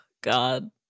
God